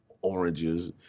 oranges